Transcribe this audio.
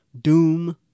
doom